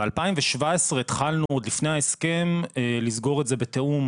ב-2017 התחלנו עוד לפני ההסכם לסגור את זה בתאום